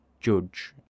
judge